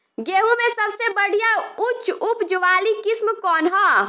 गेहूं में सबसे बढ़िया उच्च उपज वाली किस्म कौन ह?